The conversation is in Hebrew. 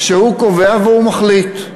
שהוא קובע והוא מחליט.